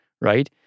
right